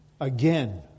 Again